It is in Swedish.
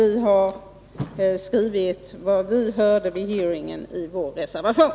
Vi har skrivit det vi hörde vid hearingen i vår reservation.